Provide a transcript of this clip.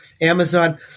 Amazon